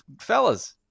fellas